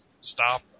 stop